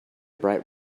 bright